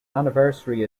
anniversary